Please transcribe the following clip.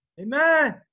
Amen